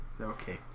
okay